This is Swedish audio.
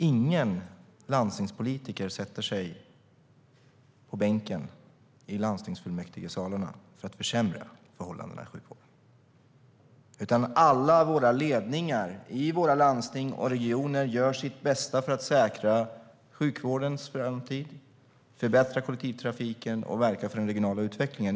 Ingen landstingspolitiker sätter sig på bänken i landstingsfullmäktigesalarna för att försämra förhållandena i sjukvården, utan alla våra ledningar i våra landsting och regioner gör sitt bästa för att säkra sjukvårdens framtid, förbättra kollektivtrafiken och verka för den regionala utvecklingen.